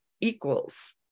equals